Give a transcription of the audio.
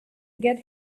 get